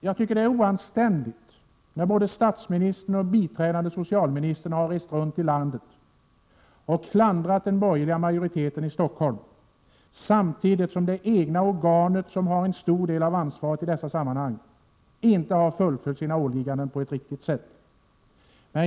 Jag tycker det är oanständigt när både statsministern och biträdande socialministern rest runt i landet och klandrat den borgerliga majoriteten i Stockholm, samtidigt som det egna organet, som har en stor del av ansvaret i dessa sammanhang, inte har fullföljt sina åligganden på ett riktigt sätt.